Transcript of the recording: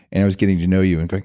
and i was getting to know you, and